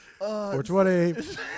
420